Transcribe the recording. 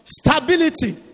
stability